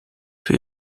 für